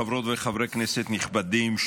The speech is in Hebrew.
חברות וחברי כנסת נכבדים,